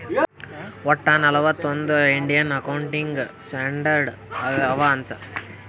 ವಟ್ಟ ನಲ್ವತ್ ಒಂದ್ ಇಂಡಿಯನ್ ಅಕೌಂಟಿಂಗ್ ಸ್ಟ್ಯಾಂಡರ್ಡ್ ಅವಾ ಅಂತ್